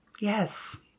Yes